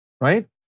Right